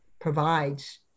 provides